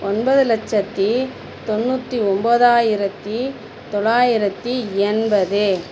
ஒன்பது லட்சத்தி தொண்ணூற்றி ஒம்பதாயிரத்தி தொள்ளாயிரத்தி எண்பது